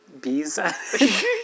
Bees